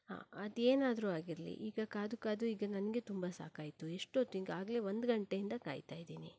ಹಾಂ ಅದು ಏನಾದರೂ ಆಗಿರಲಿ ಈಗ ಕಾದು ಕಾದು ಈಗ ನನಗೆ ತುಂಬ ಸಾಕಾಯಿತು ಎಷ್ಟೊತ್ತು ಈಗಾಗಲೇ ಒಂದು ಗಂಟೆಯಿಂದ ಕಾಯ್ತಾ ಇದೀನಿ